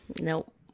Nope